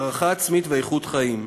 הערכה עצמית ואיכות חיים.